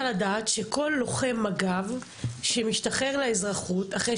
לדעת שכל לוחם מג"ב שמתשחרר לאזרחות אחרי